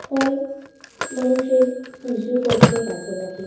ফল মানুষের পুজো করতে কাজে লাগে